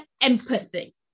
empathy